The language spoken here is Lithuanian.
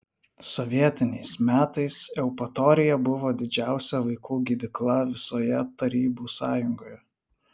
sovietiniais metais eupatorija buvo didžiausia vaikų gydykla visoje tarybų sąjungoje